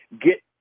get